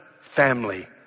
family